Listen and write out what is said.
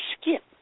skip